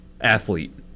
athlete